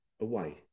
away